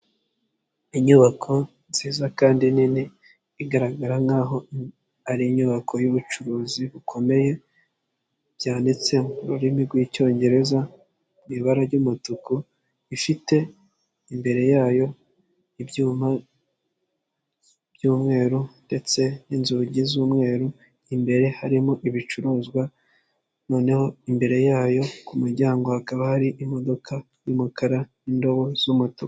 Inyubako nziza kandi nini igaragara nk'aho ari inyubako y'ubucuruzi bukomeye byanditse mu rurimi rw'icyongereza mu ibara ry'umutuku ifite imbere yayo ibyuma by'umweru ndetse n'inzugi z'umweru ,imbere harimo ibicuruzwa noneho imbere yayo k'umuryango hakaba hari imodoka y'umukara n'indobo z'umutuku.